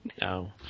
No